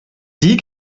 die